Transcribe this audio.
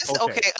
okay